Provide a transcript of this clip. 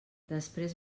després